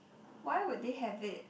why would they have it